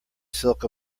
silk